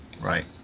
right